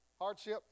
hardship